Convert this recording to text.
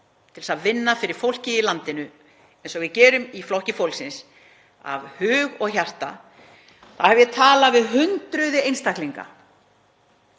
til að vinna fyrir fólkið í landinu eins og við gerum í Flokki fólksins af hug og hjarta, talað við hundruð einstaklinga